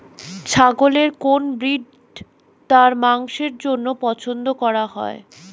ছাগলের কোন ব্রিড তার মাংসের জন্য পছন্দ করা হয়?